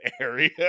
area